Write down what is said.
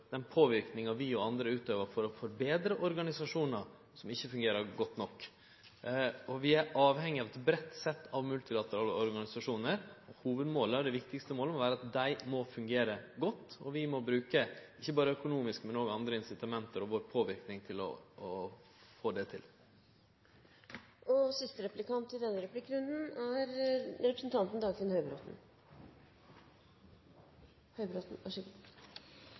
den påverknaden vi og andre utøver for å forbetre organisasjonar som ikkje fungerer godt nok. Vi er avhengige av eit breitt sett av multilaterale organisasjonar. Hovudmålet, det viktigaste målet, må vere at dei må fungere godt, og vi må bruke ikkje berre økonomiske, men også andre incitament og vår påverknad for å få det til. I disse førjulstider har jeg gledet meg med å lese representanten